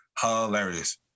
hilarious